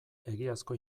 egiazko